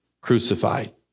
crucified